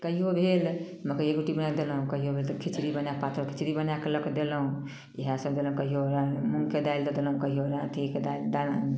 कहियो भेल मकैए रोटी बनाए कऽ देलहुँ कहियो भेल तऽ खिचड़ी बनाए पातर खिचड़ी बनाए कऽ लऽ कऽ देलहुँ ईहए सब देलहुँ कहियो मुँगके दालि दऽ देलहुँ कहियो अथीके दालि